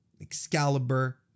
Excalibur